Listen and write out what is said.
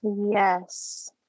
Yes